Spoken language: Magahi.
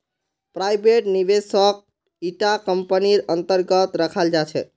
प्राइवेट निवेशकक इटा कम्पनीर अन्तर्गत रखाल जा छेक